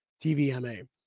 tvma